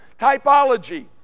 Typology